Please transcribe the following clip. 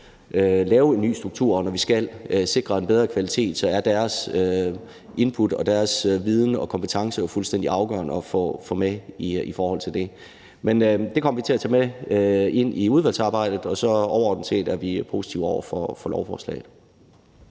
lave en ny struktur, og når vi skal sikre en bedre kvalitet, er deres input og deres viden og kompetencer jo fuldstændig afgørende at få med i forhold til det. Men det kommer vi til at tage med ind i udvalgsarbejdet, og overordnet set er vi positive over for lovforslaget.